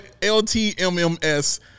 LTMMS